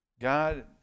God